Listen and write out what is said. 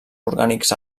orgànics